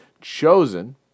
chosen